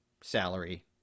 salary